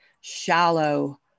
shallow